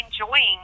enjoying